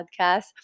podcast